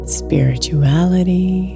spirituality